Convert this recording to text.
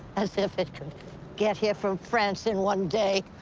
as if it could get here from france in one day.